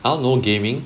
I don't know gaming